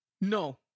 No